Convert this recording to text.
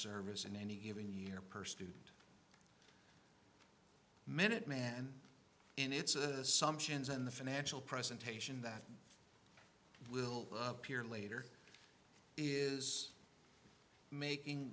service in any given year per student minuteman and its a sum sions in the financial presentation that will appear later is making